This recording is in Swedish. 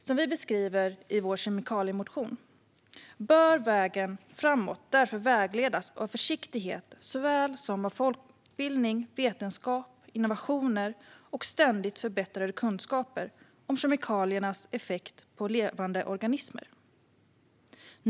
Som vi beskriver i vår kemikaliemotion bör vägen framåt därför präglas av såväl försiktighet som folkbildning, vetenskap, innovationer och ständigt förbättrade kunskaper om kemikaliers effekt på levande organismer.